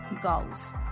goals